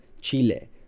Chile